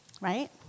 Right